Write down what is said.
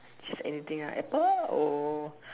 just anything right apple or